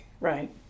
Right